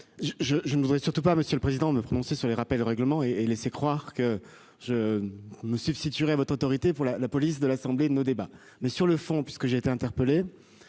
je ne voudrais surtout pas. Monsieur le Président me prononcer sur les rappels au règlement et et laisser croire que je me substituerait votre autorité pour la la police de l'Assemblée de nos débats. Mais sur le fond puisque j'ai été interpellé.